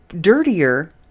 dirtier